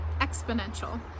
exponential